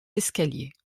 escaliers